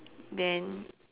then